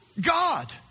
God